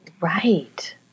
Right